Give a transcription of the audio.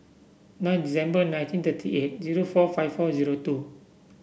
nine December nineteen thirty eight zero four five four zero two